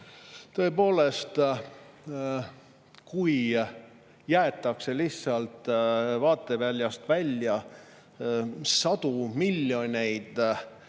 Tõepoolest, kui jäetakse lihtsalt vaateväljast välja sadu miljoneid